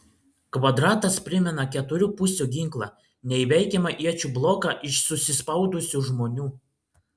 kvadratas primena keturių pusių ginklą neįveikiamą iečių bloką iš susispaudusių žmonių